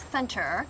Center